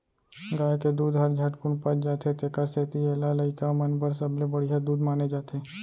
गाय के दूद हर झटकुन पच जाथे तेकर सेती एला लइका मन बर सबले बड़िहा दूद माने जाथे